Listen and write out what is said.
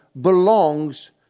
belongs